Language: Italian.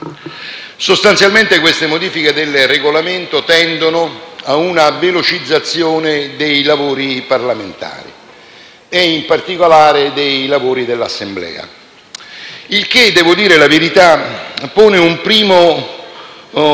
Sostanzialmente, queste modifiche del Regolamento tendono a una velocizzazione dei lavori parlamentari, in particolare dei lavori dell'Assemblea, il che, devo dire la verità, pone un primo